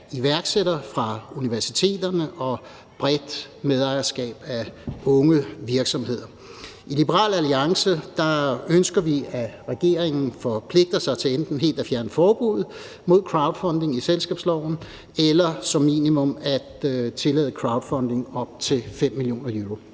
iværksættere fra universiteterne og bredt medejerskab af unge virksomheder. I Liberal Alliance ønsker vi, at regeringen forpligter sig til enten helt at fjerne forbuddet mod crowdfunding i selskabsloven eller som minimum at tillade crowdfunding op til 5 mio. euro.